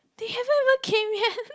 they haven't even came yet